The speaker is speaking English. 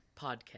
podcast